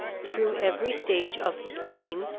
through every stage of the scene,